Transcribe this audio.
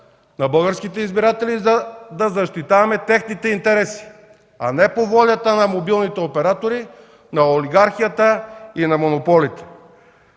на българските избиратели, за да защитаваме техните интереси, а не по волята на мобилните оператори, на олигархията и на монополите.